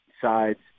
sides